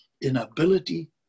inability